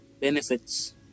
Benefits